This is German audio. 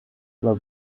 aber